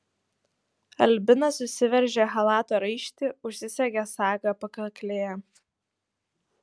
albina susiveržė chalato raištį užsisegė sagą pakaklėje